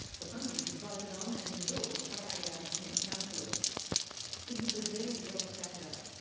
the funding was voted on and endorsed by eight out of ten councillors. it was a very wet saturday.